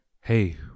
hey